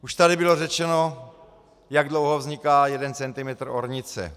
Už tady bylo řečeno, jak dlouho vzniká jeden centimetr ornice.